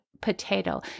potato